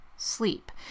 Sleep